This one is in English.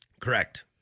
correct